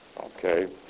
Okay